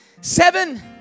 seven